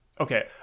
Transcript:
okay